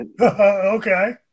Okay